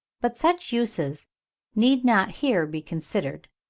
but such uses need not here be considered.